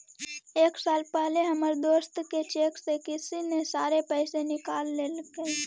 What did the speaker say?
कुछ साल पहले हमर एक दोस्त के चेक से किसी ने सारे पैसे निकाल लेलकइ